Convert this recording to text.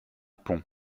pont